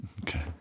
okay